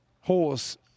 horse